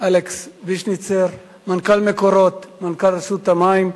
אלכס ויז'ניצר, מנכ"ל "מקורות", מנכ"ל רשות המים,